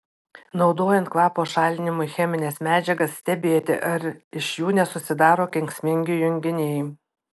naudojant kvapo šalinimui chemines medžiagas stebėti ar iš jų nesusidaro kenksmingi junginiai